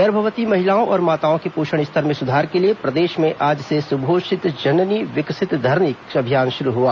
गर्भवती महिलाओं और माताओं के पोषण स्तर में सुधार लाने के लिए प्रदेश में आज से सुपोषित जननी विकसित धरनी अभियान शुरू हुआ